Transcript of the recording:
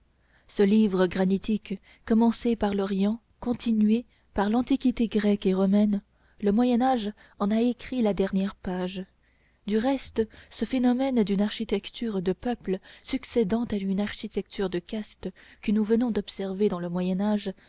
ce livre granitique commencé par l'orient continué par l'antiquité grecque et romaine le moyen âge en a écrit la dernière page du reste ce phénomène d'une architecture de peuple succédant à une architecture de caste que nous venons d'observer dans le moyen